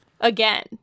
again